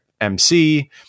MC